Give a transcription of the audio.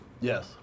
Yes